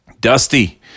Dusty